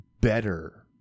better